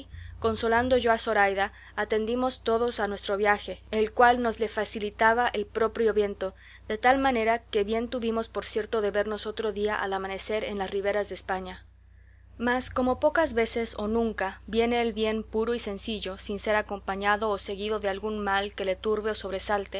consolando yo a zoraida atendimos todos a nuestro viaje el cual nos le facilitaba el proprio viento de tal manera que bien tuvimos por cierto de vernos otro día al amanecer en las riberas de españa mas como pocas veces o nunca viene el bien puro y sencillo sin ser acompañado o seguido de algún mal que le turbe o sobresalte